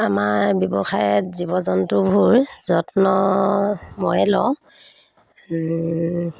আমাৰ ব্যৱসায়ত জীৱ জন্তুবোৰ যত্ন ময়ে লওঁ